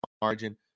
margin